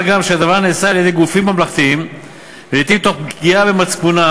מה גם שהדבר נעשה על-ידי גופים ממלכתיים ולעתים תוך פגיעה במצפונם,